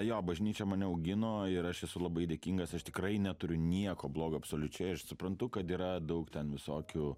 jo bažnyčia mane augino ir aš esu labai dėkingas aš tikrai neturiu nieko blogo absoliučiai aš suprantu kad yra daug ten visokių